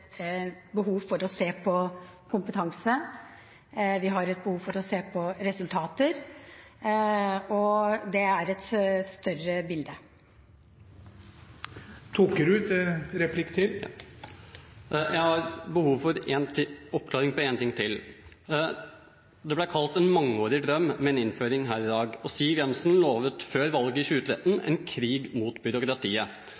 større bilde. Jeg har behov for å få oppklaring på en ting til. Det ble kalt en mangeårig drøm med en innføring her i dag. Siv Jensen lovet før valget i 2013 en krig mot byråkratiet.